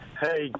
Hey